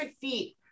feet